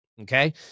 Okay